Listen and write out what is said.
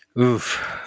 oof